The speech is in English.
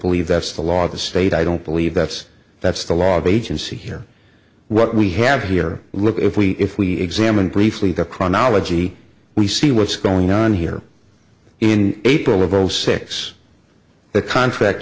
believe that's the law of the state i don't believe that's that's the law of agency here what we have here look if we if we examined briefly the chronology we see what's going on here in april of zero six the contract